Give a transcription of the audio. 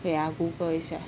wait ah Google 一下